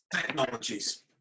technologies